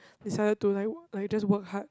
decided to like like just work hard